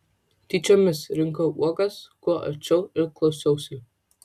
tyčiomis rinkau uogas kuo arčiau ir klausiausi